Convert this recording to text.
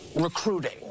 recruiting